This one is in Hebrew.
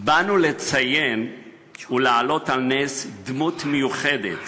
באנו לציין ולהעלות על נס דמות מיוחדת